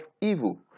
evil